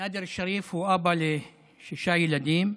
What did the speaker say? הוא אבא לשישה ילדים.